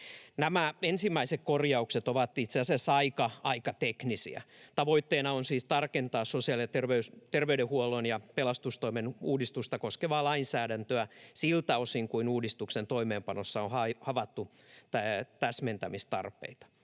Nämä ensimmäiset korjaukset ovat itse asiassa aika teknisiä. Tavoitteena on siis tarkentaa sosiaali- ja terveydenhuollon ja pelastustoimen uudistusta koskevaa lainsäädäntöä siltä osin kuin uudistuksen toimeenpanossa on havaittu täsmentämistarpeita.